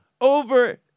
over